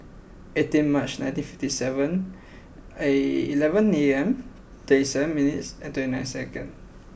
eighteen March nineteen fifty seven eleven A M thirty seven minutes and twenty nine second